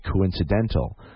coincidental